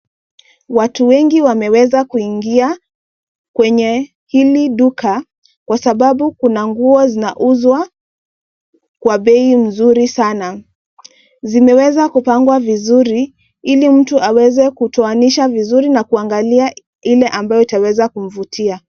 Watu wengi wameweza kuingia kwenye hili duka, kwa sababu kuna nguo zinauzwa kwa bei nzuri sana. Zimeweza kupangwa vizuri ili mtu aweze kutoanisha vizuri na kuangalia ile ambayo itaweza kumvutia.